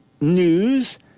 news